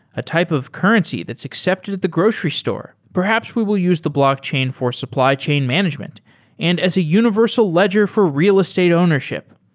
a type of currency that's accepted at the grocery store. perhaps we will use the blockchain for supply chain management and as a universal ledger for real estate ownership.